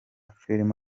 filime